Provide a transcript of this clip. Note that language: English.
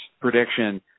prediction